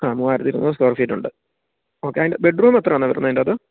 ആ മൂവായിരത്തി ഇരുന്നൂറ് സ്ക്വയർ ഫീറ്റുണ്ട് ഓക്കെ അതിൻ്റെ ബെഡ്റൂം എത്രയാന്നെ വരുന്നേ അതിന്റെയകത്ത്